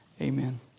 Amen